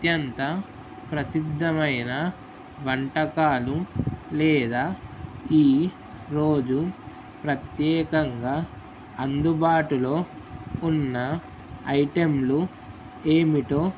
అత్యంత ప్రసిద్ధమైన వంటకాలు లేదా ఈరోజు ప్రత్యేకంగా అందుబాటులో ఉన్న ఐటెంలు ఏమిటో